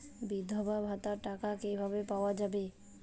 বিধবা ভাতার টাকা কিভাবে পাওয়া যাবে?